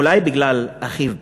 אולי בגלל אחיו בנט,